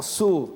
אסור.